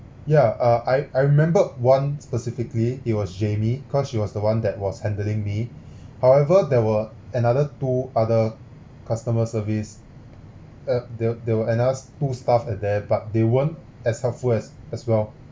yeah uh I I remembered one specifically it was jamie cause she was the one that was handling me however there were another two other customer service uh they were they were another two staff at there but they weren't as helpful as as well